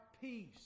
peace